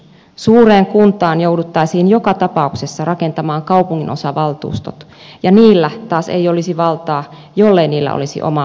suureen kuntaan jouduttaisiin joka tapauksessa rakentamaan kaupunginosavaltuustot ja niillä taas ei olisi valtaa jollei niillä olisi omaa budjettia